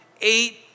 eight